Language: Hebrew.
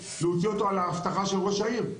ולהוציא אותו על האבטחה של ראש העיר.